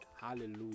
Hallelujah